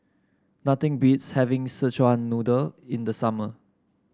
nothing beats having Szechuan Noodle in the summer